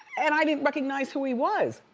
and i didn't recognize who he was,